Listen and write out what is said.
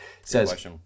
Says